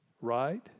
right